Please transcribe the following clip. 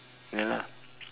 ya lah